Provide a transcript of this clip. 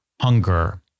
hunger